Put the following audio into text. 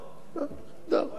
אז הוא לא לגיטימי.